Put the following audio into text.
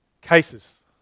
cases